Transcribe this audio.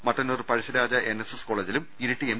Mattannur Pazhassi Raja N S S കോളേജിലും Iritty M